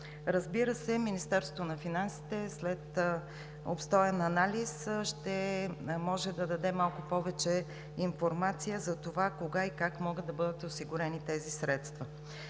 Разбира се, Министерството на финансите след обстоен анализ ще може да даде малко повече информация за това кога и как могат да бъдат осигурени тези средства.